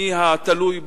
מי התלוי בשני.